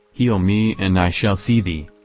heal me and i shall see thee!